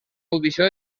audició